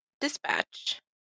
Dispatch